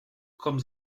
kommen